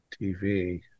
TV